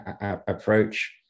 approach